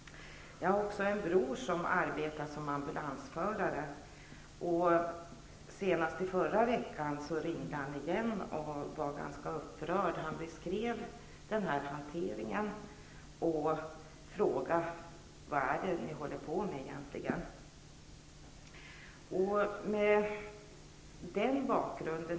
Jag har en bror som arbetar som ambulansförare. Så sent som förra veckan ringde han återigen. Han var ganska upprörd över hanteringen i det här sammanhanget, vilken han beskrev. Han frågade: Vad håller ni egentligen på med?